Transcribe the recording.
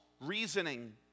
reasoning